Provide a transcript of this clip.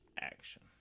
action